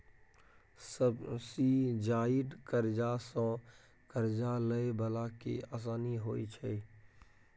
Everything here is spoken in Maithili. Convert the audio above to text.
सब्सिजाइज्ड करजा सँ करजा लए बला केँ आसानी होइ छै